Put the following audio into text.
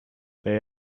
they